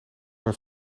mijn